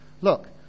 Look